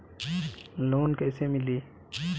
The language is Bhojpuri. लोन कइसे मिली?